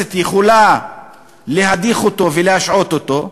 והכנסת יכולה להדיח אותו ולהשעות אותו,